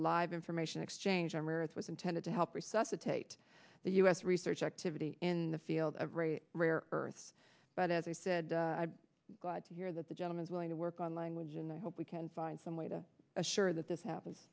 for live information exchange our marriage was intended to help resuscitate the u s research activity in the field of rare earths but as i said i'm glad to hear that the gentleman is willing to work on language and i hope we can find some way to assure that this happens